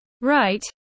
right